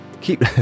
keep